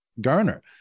garner